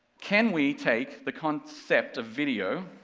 can we take the concept of video,